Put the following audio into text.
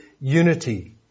unity